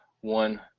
one